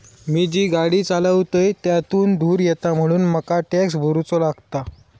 मी जी गाडी चालवतय त्यातुन धुर येता म्हणून मका टॅक्स भरुचो लागता